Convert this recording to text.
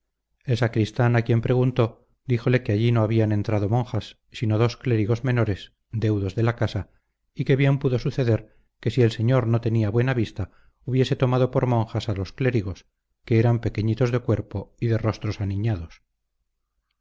el sacristán a quien preguntó díjole que allí no habían entrado monjas sino dos clérigos menores deudos de la casa y que bien pudo suceder que si el señor no tenía buena vista hubiese tomado por monjas a los clérigos que eran pequeñitos de cuerpo y de rostros aniñados